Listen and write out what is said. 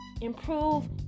improve